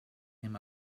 him